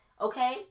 okay